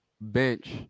bench